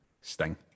Sting